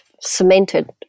cemented